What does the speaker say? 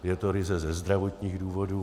Je to ryze ze zdravotních důvodů.